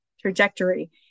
Trajectory